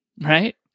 Right